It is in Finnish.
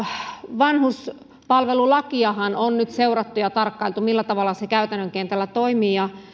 vanhuspalvelulakiahan on nyt seurattu ja tarkkailtu millä tavalla se käytännön kentällä toimii